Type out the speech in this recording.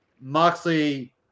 Moxley